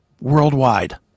worldwide